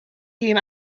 hun